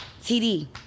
TD